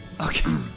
Okay